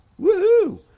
Woohoo